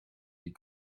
die